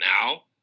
now